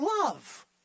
love